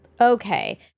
Okay